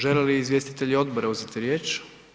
Žele li izvjestitelji odbora uzeti riječ?